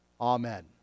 Amen